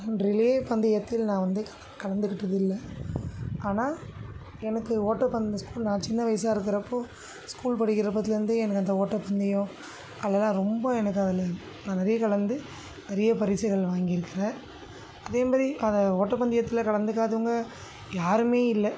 நான் ரிலே பந்தயத்தில் நான் வந்து கலந்துக்கிட்டதில்லை ஆனால் எனக்கு ஓட்டப்பந்தயம் ஸ்கூல் நான் சின்ன வயசாக இருக்கிறப்போ ஸ்கூல் படிக்கிறப்பத்திலேருந்தே எனக்கு அந்த ஓட்டப் பந்தயம் அதில் எல்லாம் ரொம்ப எனக்கு அதில் நான் நிறைய கலந்து நிறைய பரிசுகள் வாங்கியிருக்கிறேன் அதேமாதிரி அதை ஓட்டப்பந்தயத்தில் கலந்துக்காதவங்கள் யாருமே இல்லை